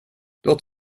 låt